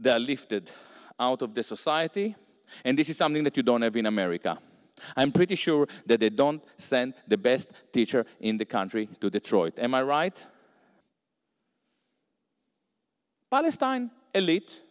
they're lifted out of the society and this is something that you don't every in america i'm pretty sure that they don't send the best teacher in the country to detroit am i right palestine elite